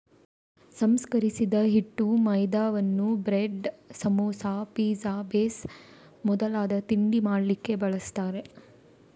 ಸಂಸ್ಕರಿಸಿದ ಹಿಟ್ಟು ಮೈದಾವನ್ನ ಬ್ರೆಡ್, ಸಮೋಸಾ, ಪಿಜ್ಜಾ ಬೇಸ್ ಮೊದಲಾದ ತಿಂಡಿ ಮಾಡ್ಲಿಕ್ಕೆ ಬಳಸ್ತಾರೆ